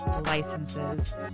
licenses